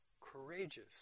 courageous